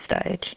stage